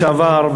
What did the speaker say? לשעבר,